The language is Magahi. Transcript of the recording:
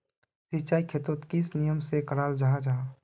सिंचाई खेतोक किस नियम से कराल जाहा जाहा?